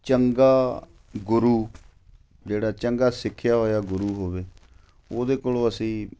ਚੰਗਾ ਗੁਰੂ ਜਿਹੜਾ ਚੰਗਾ ਸਿੱਖਿਆ ਹੋਇਆ ਗੁਰੂ ਹੋਵੇ ਉਹਦੇ ਕੋਲੋਂ ਅਸੀਂ